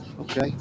okay